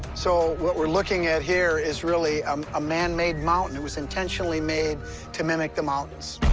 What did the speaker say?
so what we're looking at here is really um a man-made mountain. it was intentionally made to mimic the mountains.